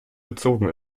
gezogen